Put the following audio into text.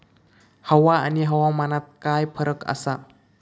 हवा आणि हवामानात काय फरक असा?